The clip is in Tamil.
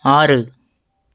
ஆறு